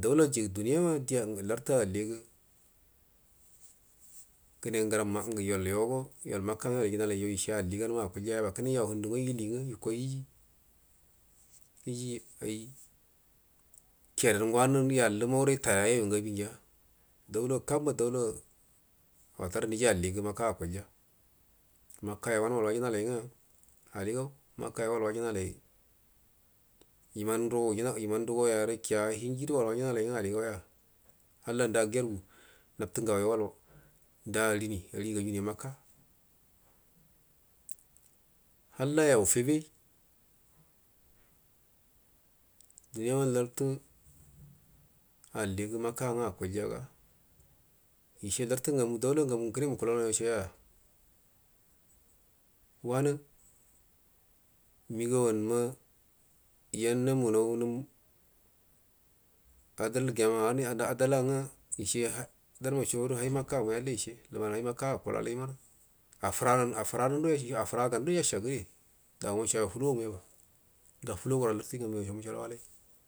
daulaci duuniyama di alli lartu alligə kəne ngəramma ngu yol yogo yol makka nga yol ijinalaijo ishe alligan akulya yaba kune yan handu nga ili nga yukoi aji ayi kedangu wanu yollu made itaya yoyu ngu abi nya danla kab ba danla watarə niji alligu makka akulya makkayo wanu waj wajinajai nga aligau makkayo wal wojinalai imandugo wujina ima ndugo yare kiya hingi alo wal wajinalai nga aligauga halla nda gorgu nabtu uganyo ua i nda arini ari gajuniya makka hallaya wufebeyi duniyama lartu alligu makka manga akulyaga wirhe lartu ngamu danla ngamu ngu kuno mukulalau yo shaya wa nu migawan ma yannakunau nwn adalgiyama wanu adala nga ishe danma sho gudo hai makka mamu yalle ishe imman hai makka akulalaj maru affura-affuram do-yashagu affarando. Yashaguri dawashiaya fulomu ga fuloyaro lartu ngamu ngai sho mushalawajai.